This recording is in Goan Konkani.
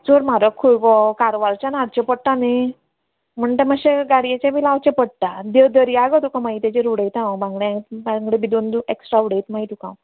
चड म्हारग खंय गो कारवारच्यान हाडचें पडटा न्ही म्हूण तें मातशें गाडयेचें बी लावचें पडटा ते धरया गो तुका मागीर तेजेर उडयता हांव बांगडे बांगडे बी दोन दु एक्स्ट्रा उडयता मागीर तुका हांव